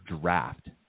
draft